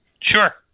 Sure